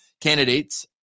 Candidates